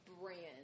brand